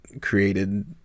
created